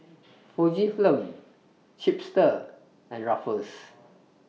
Fujifilm Chipster and Ruffles